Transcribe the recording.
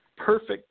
perfect